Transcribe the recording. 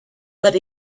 but